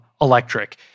electric